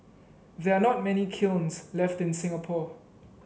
there are not many kilns left in Singapore